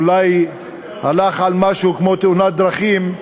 אולי הלך על משהו כמו תאונת דרכים,